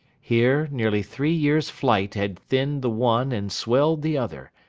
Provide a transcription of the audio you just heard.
here nearly three years' flight had thinned the one and swelled the other,